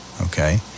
Okay